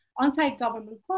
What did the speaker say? anti-government